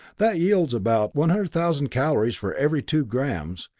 that yields about one hundred thousand calories for every two grams,